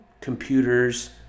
computers